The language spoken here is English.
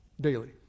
daily